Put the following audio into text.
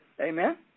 Amen